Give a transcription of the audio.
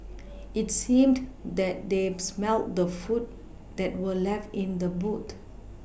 it seemed that they smelt the food that were left in the boot